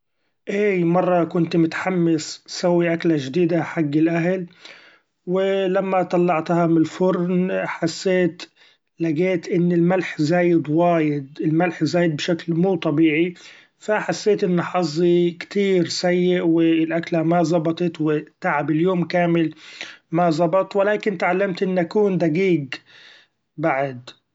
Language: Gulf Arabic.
إيي مره كنت متحمس سوي أكله جديدة حق الأهل و لما طلعتها م الفرن حسيت لقيت أن الملح زايد وايد ، الملح زايد بشكل مو طبيعي ف حسيت إن حظي كتير سيء و الأكله ما زبطت و تعب اليوم كامل ما زبط ، و لكن تعلمت أن اكون دقيق بعد.